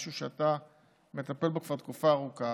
משהו שאתה מטפל בו כבר תקופה ארוכה,